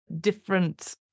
different